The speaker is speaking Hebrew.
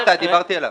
לא אתה, דיברתי אליו.